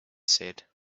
said